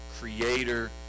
creator